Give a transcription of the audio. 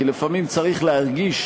כי לפעמים צריך להרגיש,